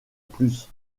plus